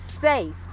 safe